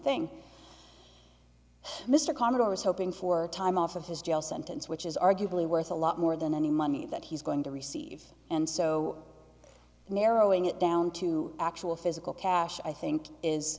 thing mr connor was hoping for time off of his jail sentence which is arguably worth a lot more than any money that he's going to receive and so narrowing it down to actual physical cash i think is